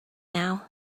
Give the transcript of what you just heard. now